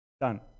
Done